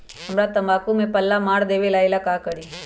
हमरा तंबाकू में पल्ला मार देलक ये ला का करी?